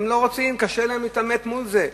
הם לא רוצים, קשה להם להתעמת עם זה.